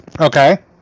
Okay